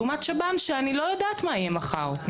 לעומת שב"ן שאני לא יודעת מה יהיה מחר,